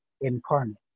incarnate